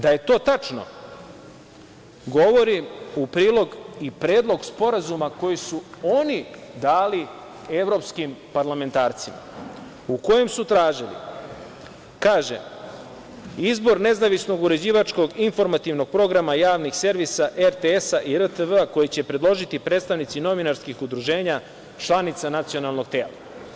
Da je to tačno, govori u prilog i predlog sporazuma koji su oni dali evropskim parlamentarcima, u kojem su tražili, kaže – izbor nezavisnog uređivačkog informativnog programa javnih servisa RTS i RTV, koji će predložiti predstavnici novinarskih udruženja članice Nacionalnog tela.